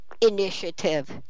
initiative